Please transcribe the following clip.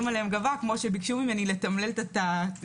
עליהם גבה כפי שביקשו ממני לתמלל את ההקלטה,